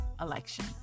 election